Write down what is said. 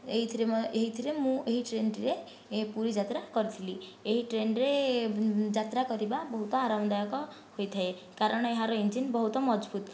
ଏହିଥିରେ ମୁଁ ଏହି ଟ୍ରେନ୍ ଟିରେ ପୁରୀ ଯାତ୍ରା କରିଥିଲି ଏହି ଟ୍ରେନରେ ଯାତ୍ରା କରିବା ବହୁତ ଆରମଦାୟକ ହୋଇଥାଏ କାରଣ ଏହାର ଇଞ୍ଜିନ ବହୁତ ମଜବୁତ